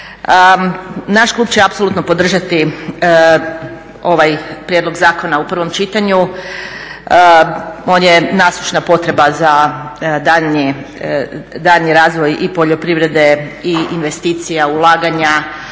Naš klub će apsolutno podržati ovaj prijedlog zakona u prvom čitanju on je nasušna potreba za daljnji razvoj i poljoprivrede i investicija, ulaganja